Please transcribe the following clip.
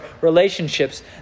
relationships